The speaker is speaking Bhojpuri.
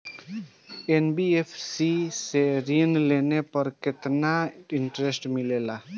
एन.बी.एफ.सी से ऋण लेने पर केतना इंटरेस्ट मिलेला?